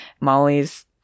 Molly's